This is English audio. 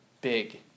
Big